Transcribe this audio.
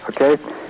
okay